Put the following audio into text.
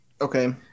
Okay